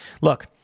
Look